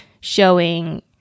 showing